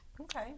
Okay